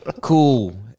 Cool